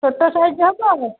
ଛୋଟ ସାଇଜ୍ ହେବ